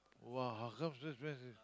!woah! how come so expensive